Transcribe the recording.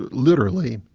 literally,